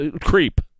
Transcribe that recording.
creep